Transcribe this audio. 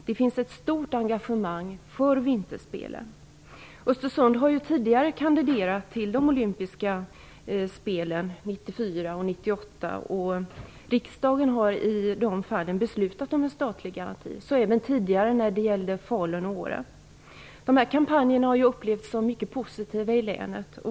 Det finns ett stort engagemang för vinterspelen. Östersund har tidigare kandiderat till de olympiska spelen 1994 och 1998. Riksdagen har i de fallen beslutat om statlig garanti, så även tidigare när det gällde Falun och Åre. Kampanjerna för vinterspelen har upplevts som mycket positiva i länet.